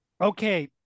okay